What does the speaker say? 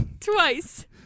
twice